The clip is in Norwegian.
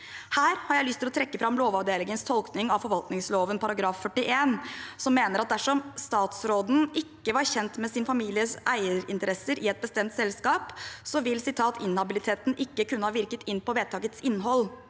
Her har jeg lyst til å trekke fram lovavdelingens tolkning av forvaltningsloven § 41, som mener at dersom man ikke var kjent med sin families eierinteresser i et bestemt selskap, vil «inhabiliteten ikke kunne ha virket inn på vedtakets innhold».